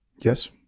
Yes